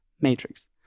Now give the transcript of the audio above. matrix